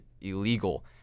illegal